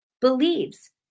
believes